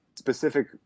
specific